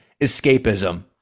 escapism